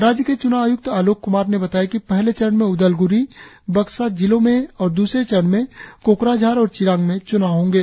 राज्य के च्नाव आय्क्त आलोक क्मार ने बताया कि पहले चरण में उदलग्री और बक्सा जिलों में तथा दूसरे चरण में कोकराझार और चिरांग में च्नाव होंगे